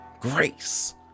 grace